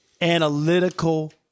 analytical